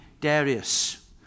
Darius